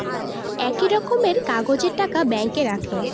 একই রকমের কাগজের টাকা ব্যাঙ্কে রাখে